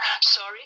Sorry